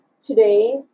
today